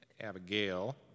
Abigail